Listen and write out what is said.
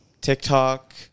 TikTok